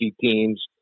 teams